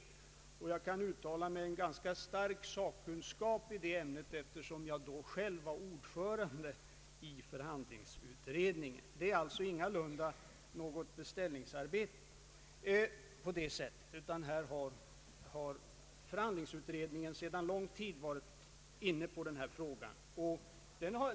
Jag kan uttala mig med ganska stor sakkunskap i det ämnet, eftersom jag då själv var ordförande i förhandlingsutredningen. Det är alltså ingalunda något beställningsarbete i den meningen, eftersom förhandlingsutredningen sedan lång tid tillbaka varit inne på denna fråga.